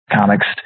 Comics